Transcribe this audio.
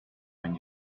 when